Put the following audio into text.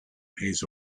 hayes